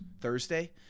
Thursday